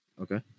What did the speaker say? Okay